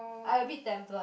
I a bit tempted